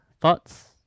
thoughts